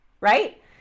right